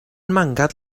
mangat